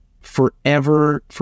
forever